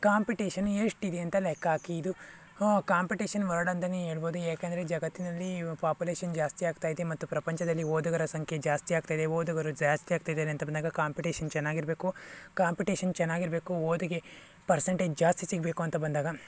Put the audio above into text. competition ಎಷ್ಟಿದೆ ಅಂತ ಲೆಕ್ಕ ಹಾಕಿ ಇದು ಕಾಂಪಿಟೇಷನ್ ವರ್ಲ್ಡ್ ಅಂತನೇ ಹೇಳ್ಬೋದು ಏಕೆಂದರೆ ಜಗತ್ತಿನಲ್ಲಿ ಪಾಪುಲೇಷನ್ ಜಾಸ್ತಿಯಾಗ್ತಾ ಇದೆ ಮತ್ತು ಪ್ರಪಂಚದಲ್ಲಿ ಓದುಗರ ಸಂಖ್ಯೆ ಜಾಸ್ತಿಯಾಗ್ತಾ ಇದೆ ಓದುಗರು ಜಾಸ್ತಿಯಾಗ್ತಾ ಇದ್ದಾರೆ ಅಂತ ಬಂದಾಗ ಕಾಂಪಿಟೇಷನ್ ಚೆನ್ನಾಗಿರ್ಬೇಕು ಕಾಂಪಿಟೇಷನ್ ಚೆನ್ನಾಗಿರ್ಬೇಕು ಓದಿಗೆ ಪರ್ಸಂಟೇಜ್ ಜಾಸ್ತಿ ಸಿಗಬೇಕು ಅಂತ ಬಂದಾಗ